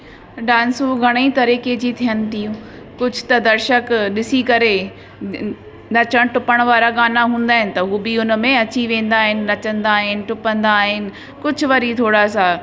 डांसूं घणेई तरीक़े जी थिअनि थियूं कुझु त दर्शक ॾिसी करे नचण टुपण वारा गाना हूंदा आहिनि त हू बि हुन में अची वेंदा आहिनि नचंदा आहिनि टुपंदा आहिनि कुझु वरी थोरा सां